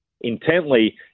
intently